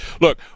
Look